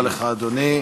תודה רבה לך, אדוני.